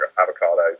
avocado